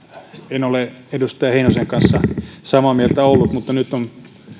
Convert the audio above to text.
en ole edustaja heinosen kanssa samaa mieltä ollut mutta nyt on